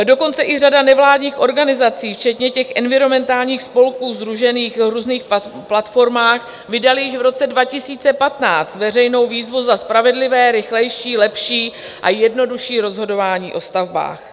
Dokonce i řada nevládních organizací včetně environmentálních spolků sdružených v různých platformách vydala již v roce 2015 veřejnou výzvu za spravedlivé, rychlejší, lepší a jednodušší rozhodování o stavbách.